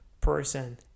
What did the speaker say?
person